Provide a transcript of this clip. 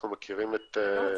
אנחנו מכירים את רובם.